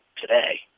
today